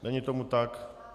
Není tomu tak.